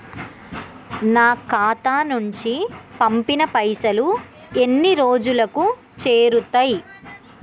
నా ఖాతా నుంచి పంపిన పైసలు ఎన్ని రోజులకు చేరుతయ్?